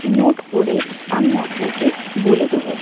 note করে আমি আপনাকে বলে দেবো